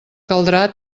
caldrà